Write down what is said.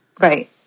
Right